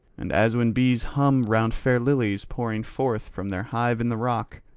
and as when bees hum round fair lilies pouring forth from their hive in the rock,